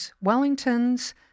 Wellingtons